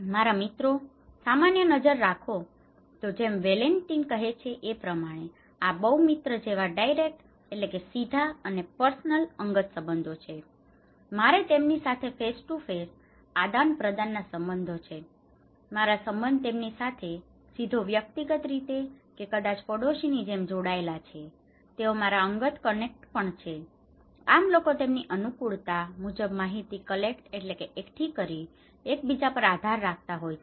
મારા મિત્રો સામાન્ય નજર નાખો તો જેમ વેલેન્ટિન કહે છે એે પ્રમાણે આ બવ મિત્ર જેવા ડાઇરેક્ટ direct સીધા અને પર્સનલ personal અંગત સંબંધો છે મારો તેમની સાથે face to face face to face સીધા આદાનપ્રદાનના સબંધો છે મારા સંબંધ તેમની સાથે સીધો વ્યક્તિગત રીતે કે કદાચ પડોશીઓની જેમ જોડાયેલા છે તેઓ મારા અંગત કનેક્ટર પણ છે આમ લોકો તેમની અનુકૂળતા મુજબ માહિતી કલેક્ટ collect એકઠું કરવું કરવા માટે એકબીજા પર આધાર રાખતા હોય છે